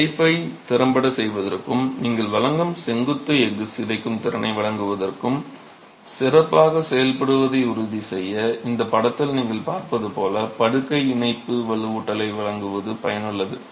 அடைப்பைத் திறம்படச் செய்வதற்கும் நீங்கள் வழங்கும் செங்குத்து எஃகு சிதைக்கும் திறனை வழங்குவதற்கும் சிறப்பாகச் செயல்படுவதை உறுதிசெய்ய இந்தப் படத்தில் நீங்கள் பார்ப்பது போல் படுக்கை இணைப்பு வலுவூட்டலை வழங்குவது பயனுள்ளது